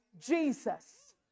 Jesus